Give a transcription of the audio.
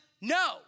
no